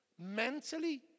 mentally